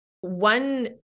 one